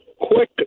quick